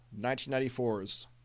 1994's